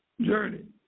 journey